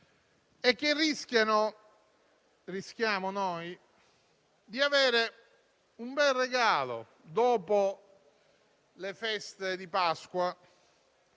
- lo rischiamo anche noi - di avere un bel regalo dopo le feste di Pasqua,